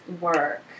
Work